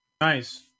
nice